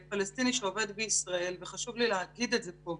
פלסטיני שעובד בישראל וחשוב לי להגיד את זה פה,